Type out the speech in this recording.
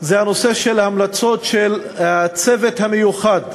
הוא הנושא של המלצות הצוות המיוחד,